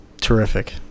terrific